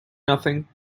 nothing